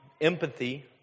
empathy